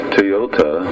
Toyota